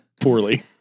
Poorly